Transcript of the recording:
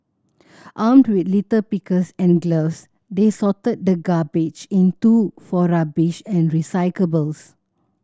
armed with litter pickers and gloves they sorted the garbage into for rubbish and recyclables